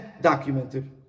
documented